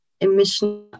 emission